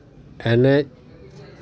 ᱮᱱᱮᱡ